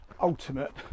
ultimate